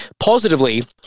positively